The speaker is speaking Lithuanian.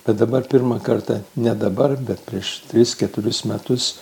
bet dabar pirmą kartą ne dabar bet prieš tris keturis metus